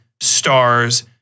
stars